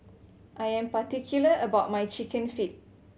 I am particular about my Chicken Feet